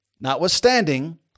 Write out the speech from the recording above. notwithstanding